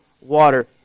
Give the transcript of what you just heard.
water